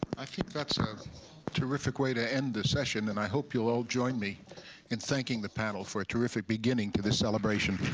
i think that's ah a terrific way to end the session. and i hope you'll all join me in thanking the panel for a terrific beginning to this celebration.